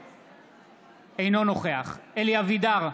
אינו נוכח אלי אבידר,